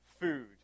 food